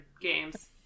games